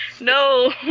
No